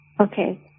Okay